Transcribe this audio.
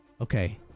Okay